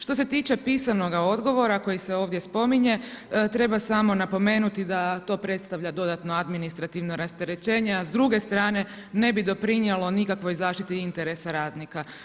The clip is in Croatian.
Što se tiče pisanoga odgovora koji se ovdje spominje, treba samo napomenuti da to predstavlja dodatno administrativno rasterećenje, a s druge strane ne bi doprinijelo nikakvoj zaštiti interesa radnika.